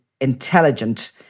intelligent